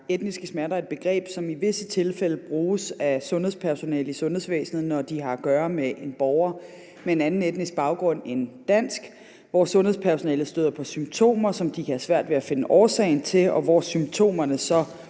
etniske smerter et begreb, som i visse tilfælde bruges af sundhedspersonale i sundhedsvæsenet, når de har at gøre med en borger med en anden etnisk baggrund en dansk, hvor sundhedspersonalet støder på symptomer, som de kan have svært ved at finde årsagen til, og hvor symptomerne så